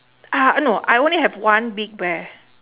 uhh no I only have one big bear